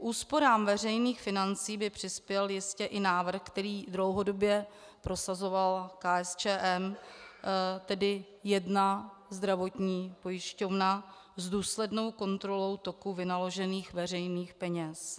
K úsporám veřejných financí by přispěl jistě i návrh, který dlouhodobě prosazovala KSČM, tedy jedna zdravotní pojišťovna s důslednou kontrolou toku vynaložených veřejných peněz.